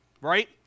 right